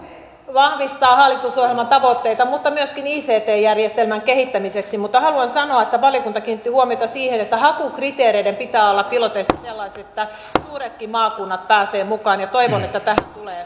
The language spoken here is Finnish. vahvistaa hallitusohjelman tavoitteita mutta mikä on myöskin ict järjestelmän kehittämistä haluan sanoa että valiokunta kiinnitti huomiota siihen että hakukriteereiden pitää olla piloteissa sellaiset että suuretkin maakunnat pääsevät mukaan ja toivon että tähän tulee